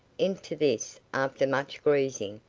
into this, after much greasing,